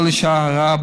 כל אישה הרה,